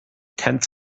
tenth